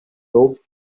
loved